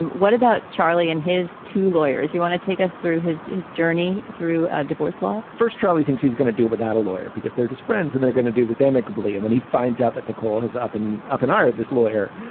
what about charlie and his two lawyers? you want to take us through his his journey through ah divorce law first? charlie thinks he's gonna do without a lawyer because they're just friends and they're gonna do this amicably. and then he finds out that nicole is up and up and hired this lawyer.